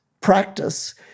practice